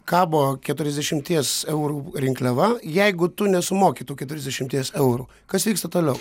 kabo keturiasdešimties eurų rinkliava jeigu tu nesumoki tų keturiasdešimties eurų kas vyksta toliau